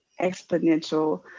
exponential